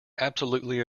absolutely